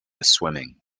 swimming